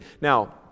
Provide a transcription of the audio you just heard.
Now